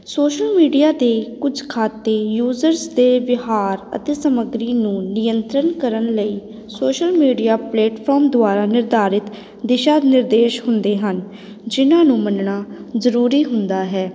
social media ਦੇ ਕੁਝ ਖਾਤੇ ਯੂਜ਼ਰਸ ਦੇ ਬਿਹਾਰ ਅਤੇ ਸਮੱਗਰੀ ਨੂੰ ਨਿਯੰਤਰਨ ਕਰਨ ਲਈ ਸੋਸ਼ਲ ਮੀਡੀਆ ਪਲੇਟਫੋਮ ਦੁਆਰਾ ਨਿਰਧਾਰਿਤ ਦਿਸ਼ਾ ਨਿਰਦੇਸ਼ ਹੁੰਦੇ ਹਨ ਜਿਹਨਾਂ ਨੂੰ ਮੰਨਣਾ ਜ਼ਰੂਰੀ ਹੁੰਦਾ ਹੈ